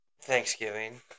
Thanksgiving